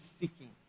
seeking